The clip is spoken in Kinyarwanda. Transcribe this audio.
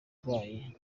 ndwaye